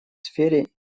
сфере